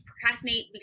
procrastinate